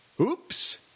Oops